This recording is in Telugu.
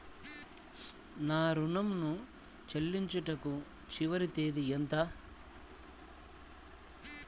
నా ఋణం ను చెల్లించుటకు చివరి తేదీ ఎంత?